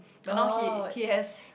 but now he he has